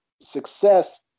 success